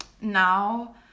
now